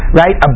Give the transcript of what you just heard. right